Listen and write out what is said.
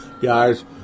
guys